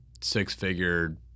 six-figure